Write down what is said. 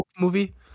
Movie